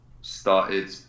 started